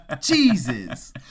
Jesus